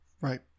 Right